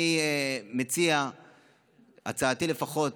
אני מציע, הצעתי, לפחות,